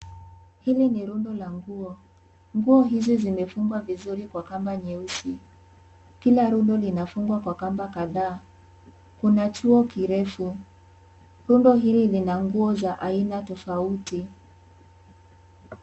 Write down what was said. Hili ni rundo la nguo, nguo hizi zimefungwa vizuri kwa kamba nyeusi kila rundu limefungwa kwa kamba kadhaa, kuna chuo kirefu rundu hili lina nguo za aina tofauti.